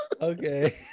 Okay